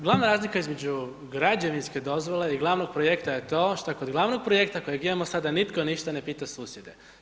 Glavna razlika između građevinske dozvole i glavnog projekta je to što kog glavnog projekta kojeg imamo sada nitko ništa ne pita susjede.